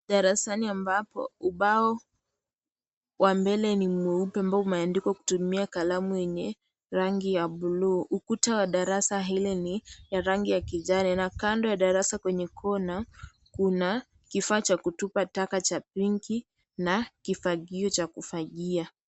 Darasani ambalo ubao wa mbele ni mweupe ambao umeandikwa kutumia kalamu yenye rangi ya bluu. Ukuta wa darasa hili ni ya rangi ya kijani na kando ya darasa kwenye kona kuna kifaa cha kutupa taka cha pinki na kifagio cha kufagia.